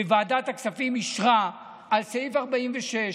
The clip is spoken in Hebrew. וועדת הכספים אישרה על סעיף 46,